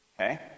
Okay